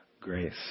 grace